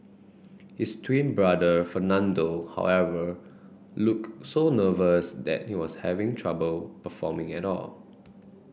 his twin brother Fernando however looked so nervous that he was having trouble performing at all